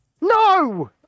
No